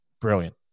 brilliant